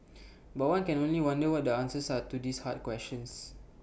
but one can only wonder what the answers are to these hard questions